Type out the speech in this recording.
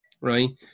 right